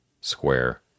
square